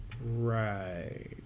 Right